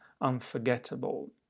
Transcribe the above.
unforgettable